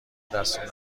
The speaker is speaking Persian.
دستور